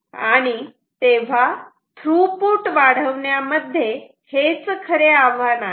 आणि तेव्हा थ्रुपुट वाढवण्या मध्ये हेच खरे आव्हान आहे